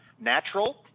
natural